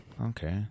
Okay